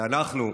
ואנחנו,